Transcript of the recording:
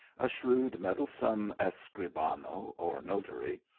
a shrewd, meddlesome escribano or notary,